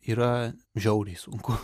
yra žiauriai sunku